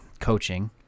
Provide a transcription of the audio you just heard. coaching